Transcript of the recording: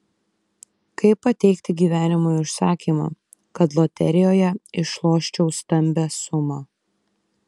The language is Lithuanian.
kaip pateikti gyvenimui užsakymą kad loterijoje išloščiau stambią sumą